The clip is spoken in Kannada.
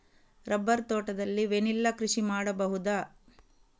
ರಬ್ಬರ್ ತೋಟದಲ್ಲಿ ವೆನಿಲ್ಲಾ ಕೃಷಿ ಮಾಡಬಹುದಾ?